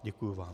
Děkuji vám.